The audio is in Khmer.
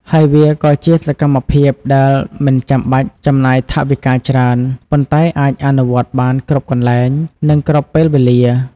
ហើយវាក៏ជាសកម្មភាពដែលមិនចាំបាច់ចំណាយថវិកាច្រើន ប៉ុន្តែអាចអនុវត្តបានគ្រប់កន្លែង និងគ្រប់ពេលវេលា។